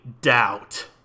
doubt